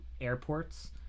airports